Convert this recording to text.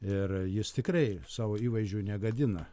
ir jis tikrai savo įvaizdžiu negadina